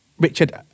Richard